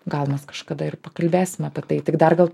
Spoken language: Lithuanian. gal mes kažkada ir pakalbėsim apie tai tik dar gal